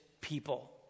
people